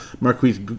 Marquise